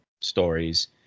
stories